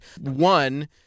One